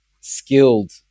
skilled